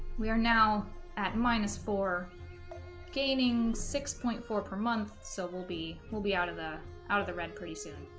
we are now at minus four gaining six point four per month so we'll be be out of the out of the red pretty soon